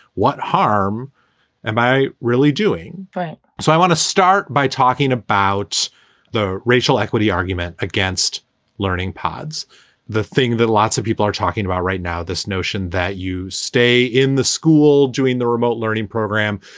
what harm am i really doing? right so i want to start by talking about the racial equity argument against learning pad's the thing that lots of people are talking about right now, this notion that you stay in the school doing the remote learning program,